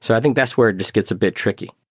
so i think that's where it just gets a bit tricky.